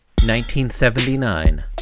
1979